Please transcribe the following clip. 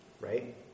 Right